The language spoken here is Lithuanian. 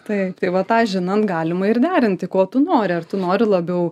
taip tai vat tą žinant galima ir derinti ko tu nori ar tu nori labiau